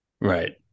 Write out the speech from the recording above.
Right